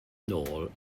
nôl